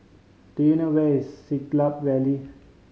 do you know where is Siglap Valley